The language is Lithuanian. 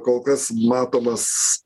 kol kas matomas